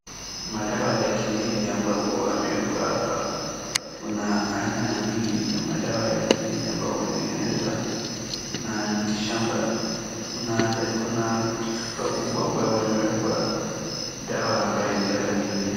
Madawa la kienyeji ambapo yamewekwa hapa. Kuna aina nyingi ya madawa ya kienyeji ambayo wametengeneza na mti shamba. Kuna chupa kubwa ambayo wamewekwa dawa ambayo ni dawa ya kienyeji.